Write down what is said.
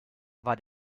war